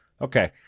Okay